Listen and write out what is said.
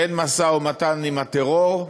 שאין משא-ומתן עם הטרור,